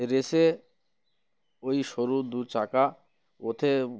রেসে ওই সরু দু চাকা ওতে